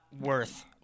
worth